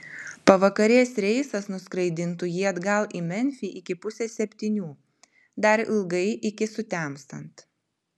pavakarės reisas nuskraidintų jį atgal į memfį iki pusės septynių dar ilgai iki sutemstant